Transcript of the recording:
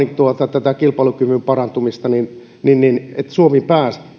tätä kilpailukyvyn parantumista että suomi pääsi